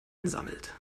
ansammelt